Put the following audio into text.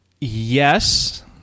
Yes